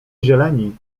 zieleni